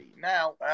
Now